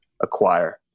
acquire